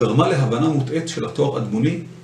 גרמה להבנה מוטעית של התואר אדמוני